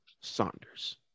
Saunders